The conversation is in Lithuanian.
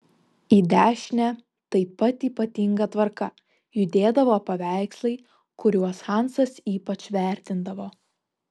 į dešinę taip pat ypatinga tvarka judėdavo paveikslai kuriuos hansas ypač vertindavo